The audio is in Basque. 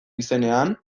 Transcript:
izenean